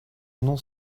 non